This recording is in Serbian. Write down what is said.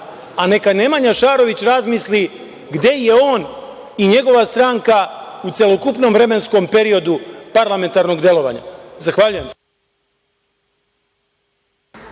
A neka Nemanja Šarović razmisli gde je on i njegova stranka u celokupnom vremenskom periodu parlamentarnog delovanja. Zahvaljujem se.